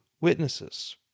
witnesses